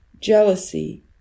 jealousy